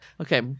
Okay